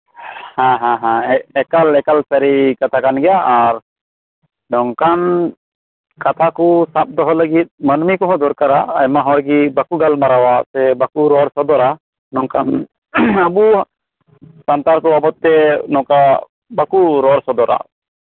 ᱦᱮᱸ ᱦᱮᱸ ᱮᱠᱟᱞ ᱮᱠᱟᱞ ᱥᱟᱹᱨᱤ ᱠᱟᱛᱷᱟ ᱠᱟᱱ ᱜᱮᱭᱟ ᱟᱨ ᱱᱚᱝᱠᱟᱱ ᱠᱟᱛᱷᱟ ᱠᱩ ᱥᱟᱵ ᱫᱚᱦᱚ ᱞᱟᱹᱜᱤᱫ ᱢᱟᱹᱱᱢᱤ ᱠᱚᱦᱚᱸ ᱫᱚᱨᱠᱟᱨᱟ ᱟᱭᱢᱟ ᱦᱚᱲ ᱜᱤ ᱵᱟᱠᱩ ᱜᱟᱞᱢᱟᱨᱟᱣᱟ ᱥᱮ ᱵᱟᱠᱩ ᱨᱚᱲ ᱥᱚᱫᱚᱨᱟ ᱱᱚᱝᱠᱟᱱᱟᱵᱩ ᱥᱟᱱᱛᱟᱲ ᱠᱩ ᱵᱟᱵᱚᱛ ᱛᱮ ᱱᱚᱝᱠᱟ ᱵᱟᱠᱩ ᱨᱚᱲ ᱥᱚᱫᱚᱨᱟ